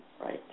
Right